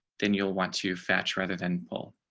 then you'll want to fetch rather than pull